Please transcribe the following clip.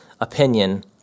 opinion